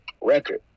record